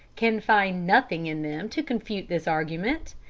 can find nothing in them to confute this argument.